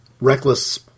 reckless